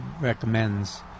recommends